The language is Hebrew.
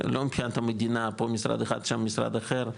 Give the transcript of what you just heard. לא מבחינת המדינה, פה משרד אחד, שם משרד אחר,